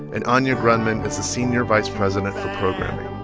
and anya grundmann is the senior vice president for programming.